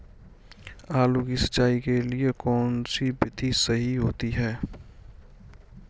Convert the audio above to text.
आलू की सिंचाई के लिए कौन सी विधि सही होती है?